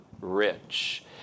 rich